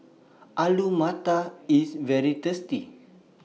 Alu Matar IS very tasty